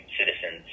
citizens